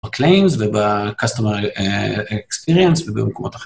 ב-claims וב-customer experience ובמקומות אחרות.